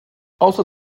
außer